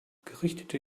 gerichtete